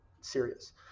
serious